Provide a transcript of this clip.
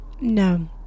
No